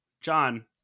John